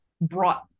brought